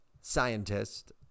scientist